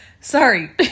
Sorry